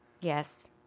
Yes